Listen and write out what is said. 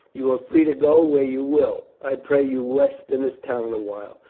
you are free to go where you will. i pray you rest in this town a while.